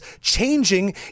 changing